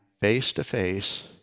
face-to-face